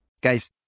Guys